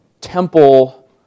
temple